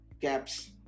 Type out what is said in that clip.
CAPS